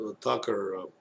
Tucker